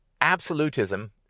absolutism